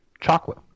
chocolate